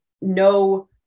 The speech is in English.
no